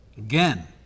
Again